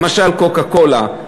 למשל "קוקה-קולה",